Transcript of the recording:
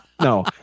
No